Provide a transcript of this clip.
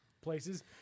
places